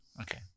Okay